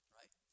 right